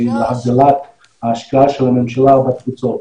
להגדלת ההשקעה של הממשלה בתפוצות.